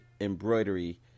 Embroidery